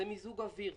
זה מיזוג אוויר,